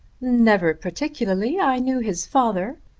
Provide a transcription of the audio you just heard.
never particularly. i knew his father.